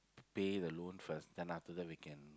pay the loan first then after that we can